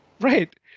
Right